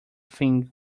think